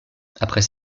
après